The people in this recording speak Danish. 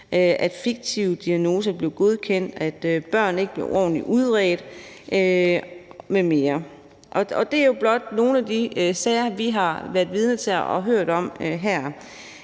at fiktive diagnoser blev godkendt, at børn ikke blev ordentligt udredt m.m. Og det er jo blot nogle af de sager, vi har været vidne til og vi har hørt om her,